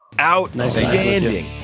Outstanding